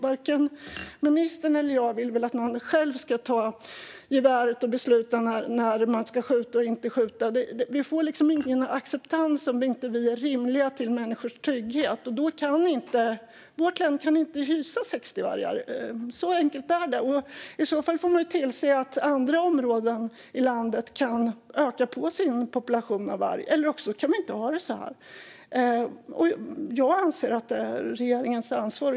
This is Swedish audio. Varken ministern eller jag vill väl att man själv ska ta geväret och besluta när man ska skjuta och inte skjuta. Vi får ingen acceptans om vi inte förhåller oss på ett rimligt sätt till människors trygghet. Vårt län kan inte hysa 60 vargar - så enkelt är det. I så fall får man tillse att andra områden i landet kan öka på sin population av varg, eller också kan man inte ha det så här. Jag anser att det är regeringens ansvar.